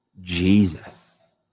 Jesus